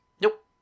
nope